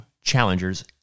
challengers